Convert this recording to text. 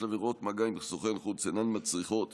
עבירות מגע עם סוכן חוץ אינן מצריכות